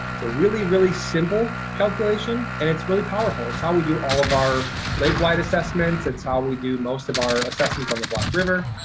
it's a really, really simple calculation, and it's really powerful. it's how we do all of our lake-wide assessments, it's how we do most of our assessments on the black river.